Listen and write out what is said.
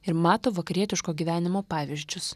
ir mato vakarietiško gyvenimo pavyzdžius